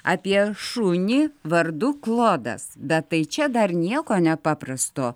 apie šunį vardu klodas bet tai čia dar nieko nepaprasto